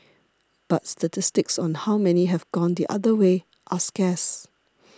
but statistics on how many have gone the other way are scarce